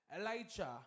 Elijah